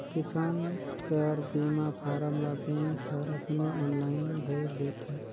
किसान कर बीमा फारम ल बेंक हर अपने आनलाईन भइर देथे